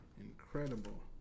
incredible